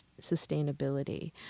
sustainability